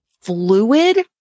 fluid